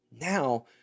now